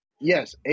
Yes